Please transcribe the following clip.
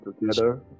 together